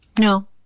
No